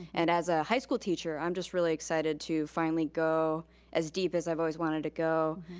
and as a high school teacher, i'm just really excited to finally go as deep as i've always wanted to go.